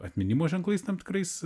atminimo ženklais tam tikrais